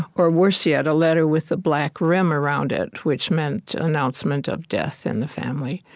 or worse yet, a letter with a black rim around it, which meant announcement of death in the family.